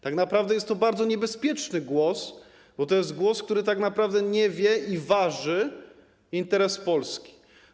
Tak naprawdę jest to bardzo niebezpieczny głos, bo to jest głos, który nie wie i waży interes Polski.